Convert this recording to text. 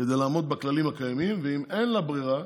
לעמוד בכללים הקיימים, ואם אין לה ברירה